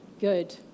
good